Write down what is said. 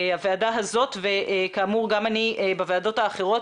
הוועדה הזאת וכאמור גם אני בוועדות האחרות